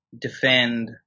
defend